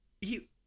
He-